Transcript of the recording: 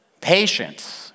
patience